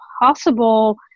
possible